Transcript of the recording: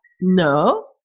No